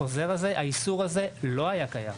בחוזר הזה, האיסור הזה לא היה קיים.